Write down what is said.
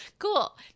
Cool